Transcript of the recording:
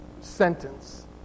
sentence